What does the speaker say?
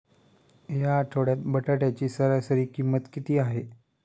या आठवड्यात बटाट्याची सरासरी किंमत किती आहे?